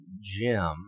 Jim